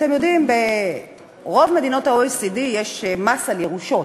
אתם יודעים, ברוב מדינות ה-OECD יש מס על ירושות.